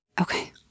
Okay